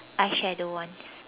eyeshadow ones